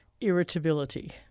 irritability